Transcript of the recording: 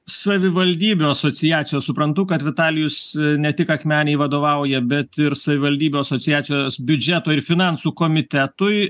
savivaldybių asociacijos suprantu kad vitalijus ne tik akmenei vadovauja bet ir savivaldybių asociacijos biudžeto ir finansų komitetui